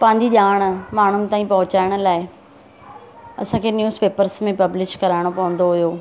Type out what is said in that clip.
पंहिंजी ॼाण माण्हुनि ताईं पहुचाइण लाइ असांखे न्यूज़ पेपर्स में पब्लिश कराइणो पवंदो हुओ